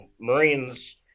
Marines